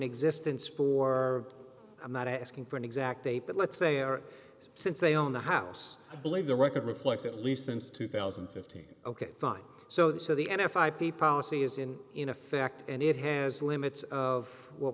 existence for i'm not asking for an exact date but let's say or since they own the house i believe the record reflects at least since two thousand and fifteen ok fine so the n f i b policy is in in effect and it has limits of what